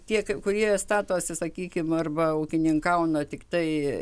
tie kurie statosi sakykim arba ūkininkauna tiktai